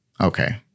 okay